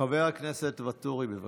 חבר הכנסת ואטורי, בבקשה.